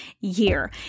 year